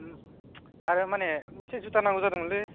आरो माने मोनसे जुथा नांगौ जादोंमोनलै